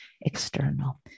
external